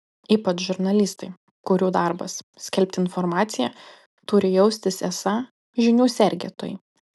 ypač žurnalistai kurių darbas skelbti informaciją turi jaustis esą žinių sergėtojai